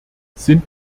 sind